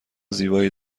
زیبایی